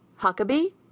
Huckabee